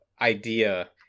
idea